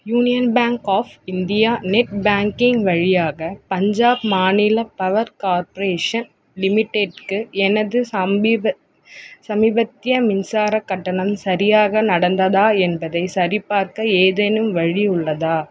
union Bank of India net banking வழியாக பஞ்சாப் மாநில power corporation லிமிடெட்க்கு எனது சமீபத் சமீபத்திய மின்சாரக் கட்டணம் சரியாக நடந்ததா என்பதைச் சரிபார்க்க ஏதேனும் வழி உள்ளதா